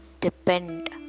depend